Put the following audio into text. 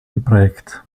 geprägt